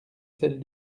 celle